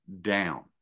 down